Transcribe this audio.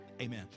Amen